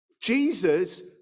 Jesus